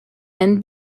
and